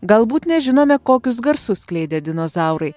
galbūt nežinome kokius garsus skleidė dinozaurai